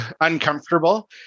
uncomfortable